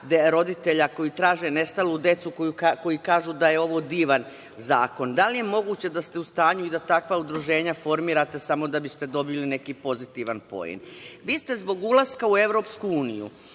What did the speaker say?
roditelja koji traže nestalu decu koji kažu da je ovo divan zakon. Da li je moguće da ste u stanju da takva udruženja formirate samo da biste dobili neki pozitivan poen. Vi ste zbog ulaska u EU u ovaj